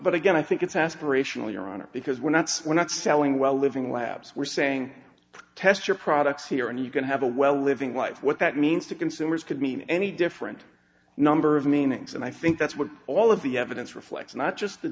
but again i think it's aspirational your honor because we're not swen not selling well living labs we're saying test your products here and you can have a well living life what that means to consumers could mean any different number of meanings and i think that's what all of the evidence reflects not just the